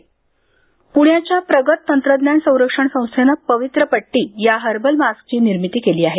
प्ण्याच्या प्रगत तंत्रज्ञान संरक्षण संस्थेने पवित्र पट्टी या हर्बल मास्कची निर्मिती केली आहे